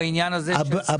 יש